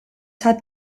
hat